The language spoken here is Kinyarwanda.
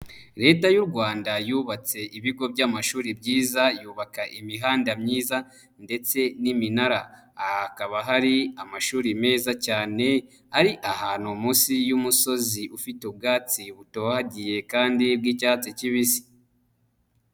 Leta y'u rwanda yubatse ibigo by'amashuri byiza, yubaka imihanda myiza ndetse n'iminara, aha hakaba hari amashuri meza cyane ari ahantu munsi y'umusozi ufite ubwatsi butohagiye kandi bw'icyatsi kibisi.